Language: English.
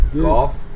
Golf